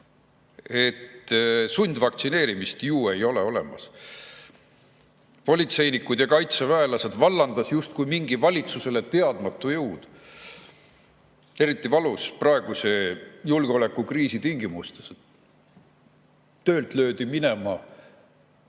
et sundvaktsineerimist ju ei ole olemas, politseinikud ja kaitseväelased vallandas justkui mingi valitsusele teadmatu jõud. Eriti valus on see praeguse julgeolekukriisi tingimustes. Töölt löödi minema pika